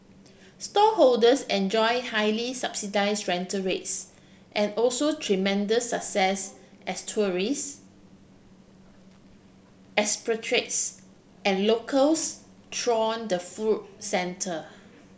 stallholders enjoy highly subsidise rental rates and also tremendous success as tourists expatriates and locals throng the food centre